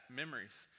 memories